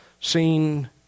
seen